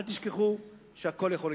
אל תשכחו שהכול יכול להתהפך.